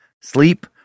Sleep